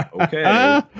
okay